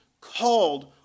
called